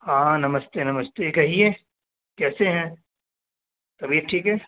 ہاں نمستے نمستے کہیے کیسے ہیں طبیعت ٹھیک ہے